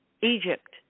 Egypt